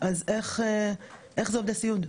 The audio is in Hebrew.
אז איך זה עובדי סיעוד?